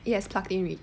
yes plug in already